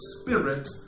Spirit